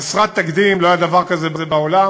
חסרת תקדים, לא היה דבר כזה בעולם.